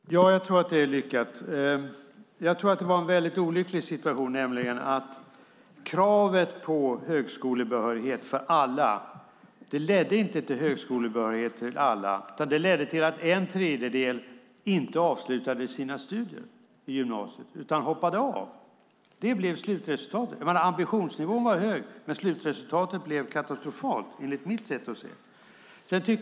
Herr talman! Ja, jag tror att den var lyckad. Jag tror att det var en väldigt olycklig situation tidigare. Kravet på högskolebehörighet för alla ledde inte till högskolebehörighet för alla, utan det ledde till att en tredjedel inte avslutade sina studier i gymnasiet utan hoppade av. Det blev slutresultatet. Ambitionsnivån var hög, men slutresultatet blev katastrofalt enligt mitt sätt att se det.